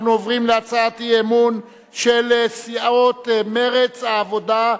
אנחנו עוברים להצעת אי-אמון של סיעות מרצ והעבודה,